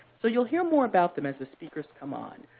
so you'll hear more about them as the speakers come on.